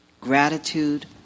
Gratitude